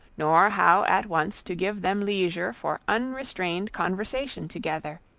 nor how at once to give them leisure for unrestrained conversation together,